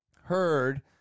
heard